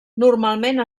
normalment